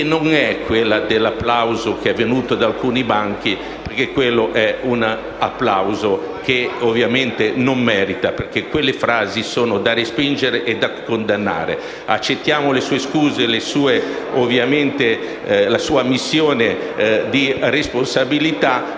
non è quell'applauso che è venuto da alcuni banchi, perché quello ovviamente non lo merita, in quanto quelle frasi sono da respingere e da condannare. Accettiamo le sue scuse e la sua ammissione di responsabilità,